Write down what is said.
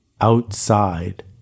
outside